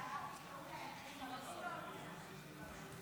אדוני השר, לרשותך עשר דקות.